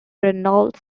renault